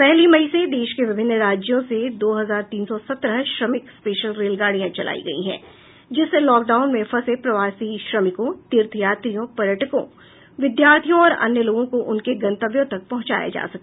पहली मई से देश के विभिन्न राज्यों से दो हजार तीन सौ सत्रह श्रमिक स्पेशल रेलगाडियां चलाई गई हैं जिससे लॉकडाउन में फंसे प्रवासी श्रमिकों तीर्थ यात्रियों पर्यटकों विद्यार्थियों और अन्य लोगों को उनके गन्तव्यों तक पहुंचाया जा सके